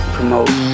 Promote